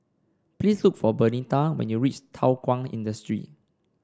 please look for Bernita when you reach Thow Kwang Industry